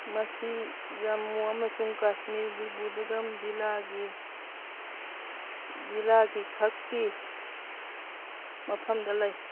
ꯃꯁꯤ ꯖꯃꯨ ꯑꯃꯁꯨꯡ ꯀꯁꯃꯤꯔꯒꯤ ꯕꯨꯗꯒꯝ ꯖꯤꯂꯥꯒꯤ ꯖꯤꯂꯥꯒꯤ ꯈꯛꯀꯤ ꯃꯐꯝꯗ ꯂꯩ